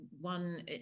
one